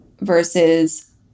versus